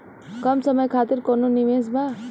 कम समय खातिर कौनो निवेश बा?